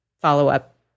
follow-up